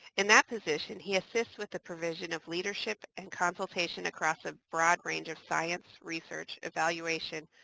in that position, he assists with the provision of leadership and consultation across a broad range of science, research, evaluation,